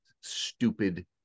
stupid